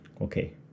Okay